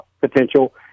potential